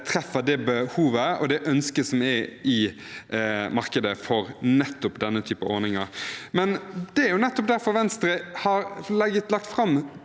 treffer behovet og ønsket i markedet for nettopp denne typen ordninger. Det er nettopp derfor Venstre har lagt fram